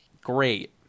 Great